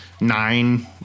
nine